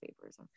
favors